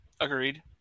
Agreed